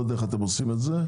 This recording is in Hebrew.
לא יודע איך אתם עושים את זה.